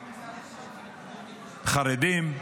חרדים,